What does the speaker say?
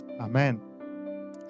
Amen